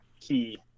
key